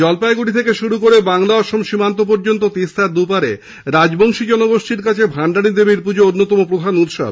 জলপাইগুড়ি থেকে বাংলা অসম সীমান্ত পর্যন্ত তিস্তার দুপাড়ে রাজবংশী জনগোষ্ঠীর কাছে ভান্ডানী দেবীর পুজো অন্যতম প্রধান উৎসব